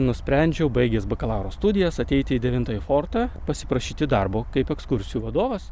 nusprendžiau baigęs bakalauro studijas ateiti į devintąjį fortą pasiprašyti darbo kaip ekskursijų vadovas